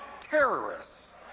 terrorists